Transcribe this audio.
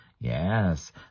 Yes